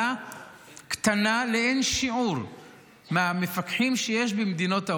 קטנה לאין שיעור מהמפקחים שיש במדינות ה-OECD.